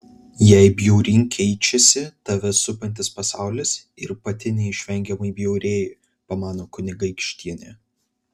jei bjauryn keičiasi tave supantis pasaulis ir pati neišvengiamai bjaurėji pamano kunigaikštienė